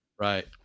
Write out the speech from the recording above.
right